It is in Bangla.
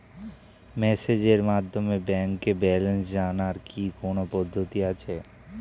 মেসেজের মাধ্যমে ব্যাংকের ব্যালেন্স জানার কি কোন পদ্ধতি আছে?